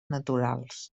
naturals